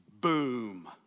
Boom